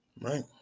right